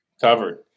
Covered